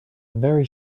very